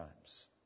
times